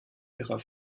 ihrer